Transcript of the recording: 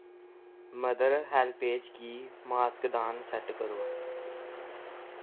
mother HelpAge गी मासक दान सैट्ट करो